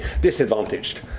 disadvantaged